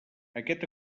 aquest